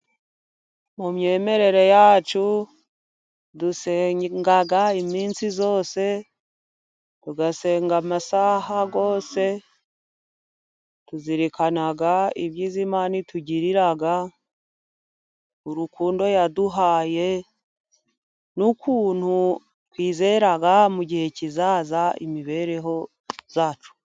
Mu myemerere yacu dusenga iminsi yose, tugasenga amasaha yose ,tuzirikana ibyiza Imana itugirira ,urukundo yaduhaye n'ukuntu twizera mu gihe kizaza imibereho zacu.